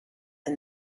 and